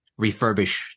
refurbish